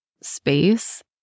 space